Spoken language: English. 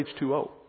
H2O